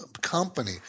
company